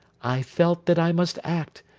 i felt that i must act,